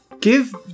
Give